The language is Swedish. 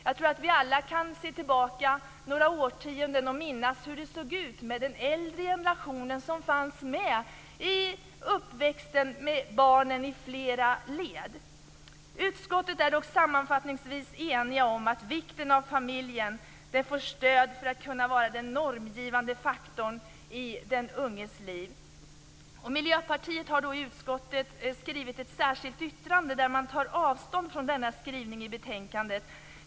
Jag tror att vi alla kan se några årtionden tillbaka och minnas hur det såg ut med den äldre generationen, som i flera led fanns med i barnens uppväxt. Utskottet är dock sammanfattningsvis enigt om vikten av att familjen får stöd för att kunna vara den normgivande faktorn i den unges liv. Miljöpartiet har i utskottet skrivit ett särskilt yttrande där man tar avstånd från denna skrivning i betänkandet.